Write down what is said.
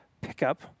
pickup